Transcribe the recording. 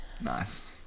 nice